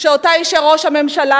שאותה אישר ראש הממשלה,